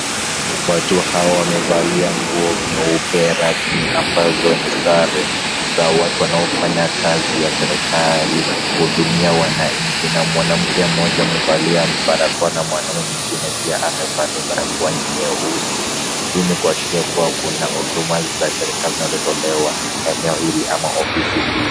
Watu hawa wamevalia nguo nyeupe rasmi ambazo ni sare za watu wanaofanya kazi ya serikali kuhudumia wananchi na mwanamke mmoja amevalia barakoa na mwanamume mwingine pia amevalia barakoa nyeusi, hii ni kuashiria kwamba kuna huduma za serikali zinazotolewa eneo hili ama ofisi hii.